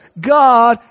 God